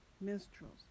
minstrels